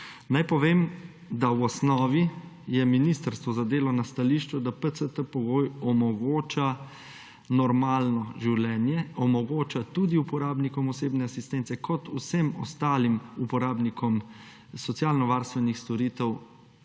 Naj povem, da v osnovi je ministrstvo za delo na stališču, da PCT-pogoj omogoča normalno življenje, omogoča tudi uporabnikom osebne asistence kot vsem ostalim uporabnikom socialnovarstvenih storitev